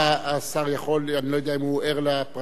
השר יכול, אני לא יודע אם הוא ער לפרטים האלה.